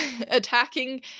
attacking